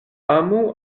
amu